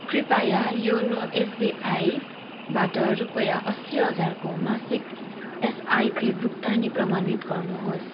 कृपया योनो एसबिआईबाट रुपियाँ अस्सी हजारको मासिक एसआइपी भुक्तानी प्रमाणित गर्नुहोस्